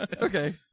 Okay